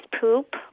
poop